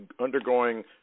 undergoing